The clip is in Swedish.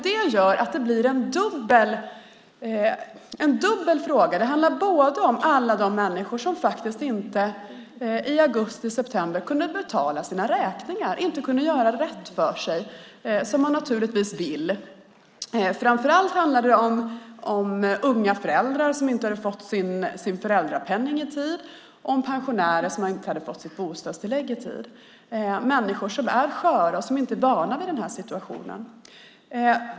Det blir en dubbel fråga. Det handlar om alla de människor som i augusti och september inte kunde betala sina räkningar, inte kunde göra rätt för sig som man naturligtvis vill. Framför allt handlar det om unga föräldrar som inte hade fått sin föräldrapenning och pensionärer som inte hade fått sitt bostadstillägg i tid. Det är människor som är sköra och som inte är vana vid den här situationen.